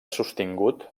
sostingut